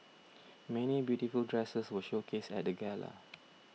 many beautiful dresses were showcased at the gala